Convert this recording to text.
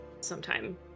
sometime